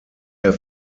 der